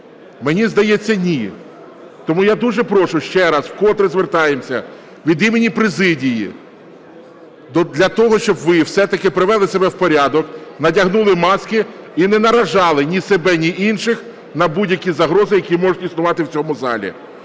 Мені здається, ні. Тому я дуже прошу ще раз, вкотре звертаємося від імені президії для того, щоб ви все-таки привели себе в порядок, надягнули маски і не наражали ні себе, ні інших на будь-які загрози, які можуть існувати в цьому залі.